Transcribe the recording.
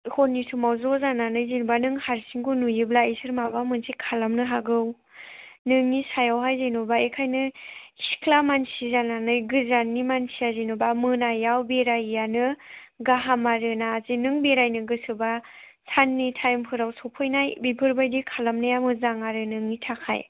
हरनि समाव ज' जानानै जेनेबा नों हारसिंखौ नुयोब्ला बिसोर माबा मोनसे खालामनो हागौ नोंनि सायावहाय जेनेबा बेनिखायनो सिख्ला मानसि जानानै गोजाननि मानसिया जेनेबा मोनायाव बेरायिआनो गाहाम आरोना जे नों बेरायनो गोसोबा साननि टाइमफोराव सफैनाय बेफोरबायदि खालामनाया मोजां आरो नोंनि थाखाय